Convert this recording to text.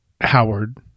Howard